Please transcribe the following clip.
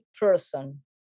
person